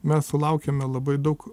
mes sulaukiame labai daug